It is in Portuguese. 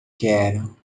quero